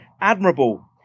admirable